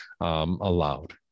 allowed